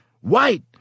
White